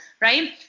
right